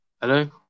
Hello